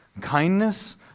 kindness